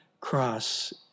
cross